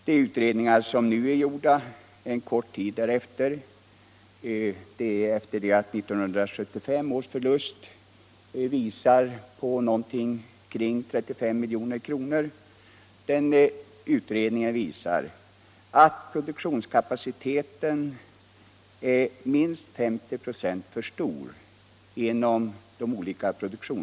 Den utredning som gjorts en kort tid därefter — sedan 1975 års bokslut visat en förlust på omkring 35 milj.kr. — innebär att produktionskapaciteten på de olika produktionsställena är minst 50 ".